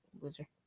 Loser